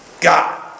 God